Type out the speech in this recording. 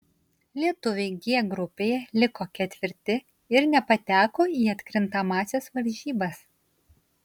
lietuviai g grupėje liko ketvirti ir nepateko į atkrintamąsias varžybas